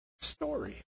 story